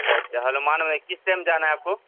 اچھا ہنومان میں کس ٹائم جانا ہے آپ کو